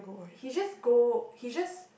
he just go he just